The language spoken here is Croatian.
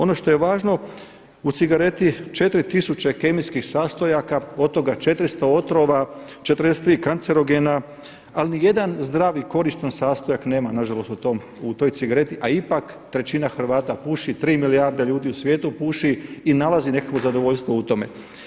Ono što je važno u cigareti 4 tisuće kemijskih sastojaka, od toga 400 otrova, 43 kancerogena ali ni jedan zdravi koristan sastojak nema nažalost u toj cigareti a ipak trećina Hrvata puši, 3 milijarde ljudi u svijetu puši i nalazi nekakvo zadovoljstvo u tome.